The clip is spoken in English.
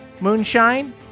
moonshine